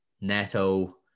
Neto